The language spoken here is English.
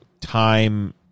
time